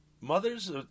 Mothers